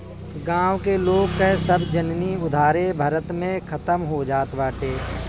गांव के लोग कअ सब जिनगी उधारे भरत में खतम हो जात बाटे